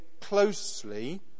closely